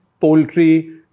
poultry